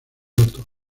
loto